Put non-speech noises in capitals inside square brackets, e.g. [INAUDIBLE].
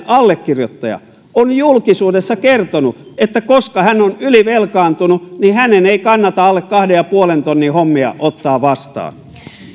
[UNINTELLIGIBLE] allekirjoittaja on julkisuudessa kertonut että koska hän on ylivelkaantunut niin hänen ei kannata alle kahden ja puolen tonnin hommia ottaa vastaan arvoisa puhemies